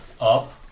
up